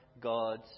God's